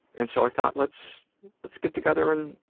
and so i thought let's let's get together and